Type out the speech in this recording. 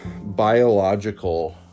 biological